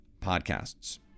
podcasts